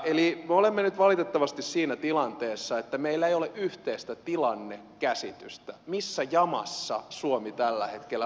me olemme nyt valitettavasti siinä tilanteessa että meillä ei ole yhteistä tilannekäsitystä missä jamassa suomi tällä hetkellä makaa